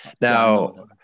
Now